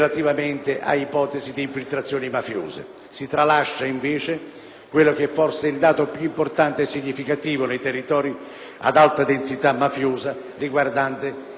quello che forse è il dato più importante e significativo nei territori ad alta densità mafiosa, riguardante lo scioglimento delle aziende sanitarie locali.